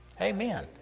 amen